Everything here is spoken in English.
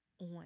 on